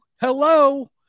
Hello